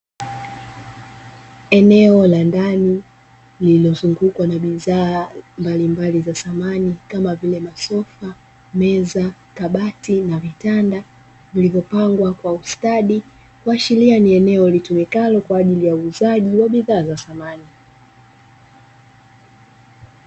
Eneo la ndani lililozungukwa na bidhaa mbalimbali za samani kama vile masofa, meza, kabati, na vitanda vilivyopangwa kwa ustadi kuashiria ni eneo litumikalo kwa ajili ya uuzaji wa bidhaa za samani.